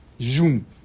zoom